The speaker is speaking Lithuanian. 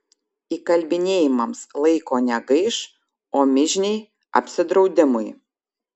įkalbinėjimams laiko negaiš o mižniai apsidraudimui